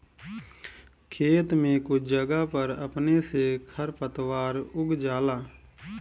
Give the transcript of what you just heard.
खेत में कुछ जगह पर अपने से खर पातवार उग जाला